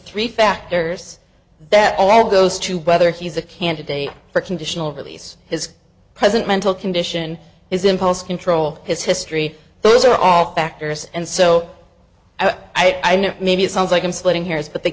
three factors that all goes to whether he's a candidate for conditional release his present mental condition is impulse control his history those are all factors and so i know maybe it sounds like i'm splitting hairs but they